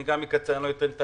אני מדגיש את